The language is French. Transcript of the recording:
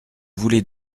voulez